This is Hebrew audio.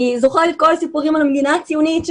אני זוכרת את כל הסיפורים על המדינה הציונית.